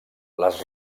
les